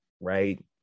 right